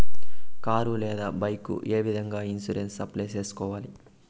car లేదా bike ఏ విధంగా ఇన్సూరెన్సు అప్లై సేసుకోవాలి